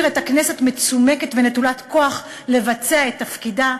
את הכנסת מצומקת ונטולת כוח לבצע את תפקידה,